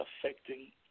affecting